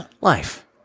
Life